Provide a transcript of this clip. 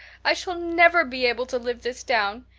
i shall never be able to live this down.